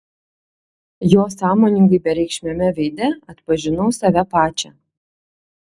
jo sąmoningai bereikšmiame veide atpažinau save pačią